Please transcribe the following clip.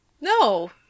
No